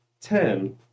ten